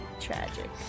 Tragic